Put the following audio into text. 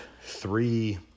three